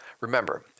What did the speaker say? Remember